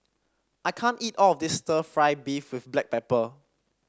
I can't eat all of this stir fry beef with Black Pepper